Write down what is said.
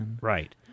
Right